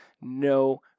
no